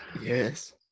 Yes